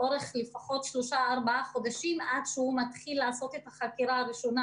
לאורך לפחות שלושה-ארבעה חודשים עד שהוא מתחיל לעשות את החקירה הראשונה.